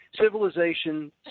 civilization